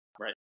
Right